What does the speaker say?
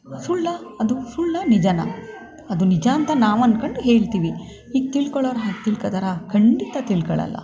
ಸುಳ್ಳಾ ಅದು ಸುಳ್ಳಾ ನಿಜಾನ ಅದು ನಿಜ ಅಂತ ನಾವು ಅಂದ್ಕೊಂಡು ಹೇಳ್ತೀವಿ ಈಗ ತಿಳ್ಕೊಳ್ಳೋರು ಹಾಗೆ ತಿಳ್ಕೊಳ್ತಾರೆ ಖಂಡಿತ ತಿಳ್ಕೊಳ್ಳೋಲ್ಲ